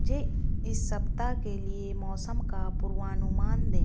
मुझे इस सप्ताह के लिए मौसम का पूर्वानुमान दें